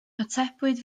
atebwyd